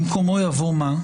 במקומו יבוא מה?